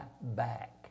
back